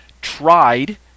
tried